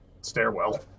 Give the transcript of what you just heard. stairwell